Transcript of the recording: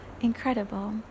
incredible